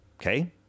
Okay